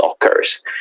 occurs